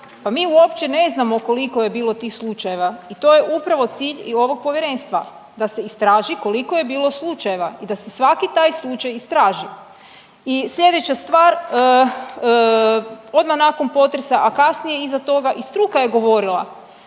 pa mi uopće ne znamo koliko je bilo tih slučajeva i to je upravo cilj i ovog povjerenstva da se istraži koliko je bilo slučajeva i da se svaki taj slučaj istraži. I sljedeća stvar, odmah nakon potresa, a kasnije iza toga i struka je govorila